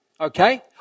Okay